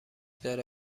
داره